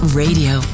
radio